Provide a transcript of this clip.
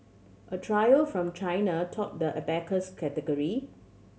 a trio from China topped the abacus category